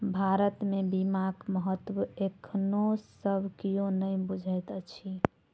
भारत मे बीमाक महत्व एखनो सब कियो नै बुझैत अछि